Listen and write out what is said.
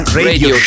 radio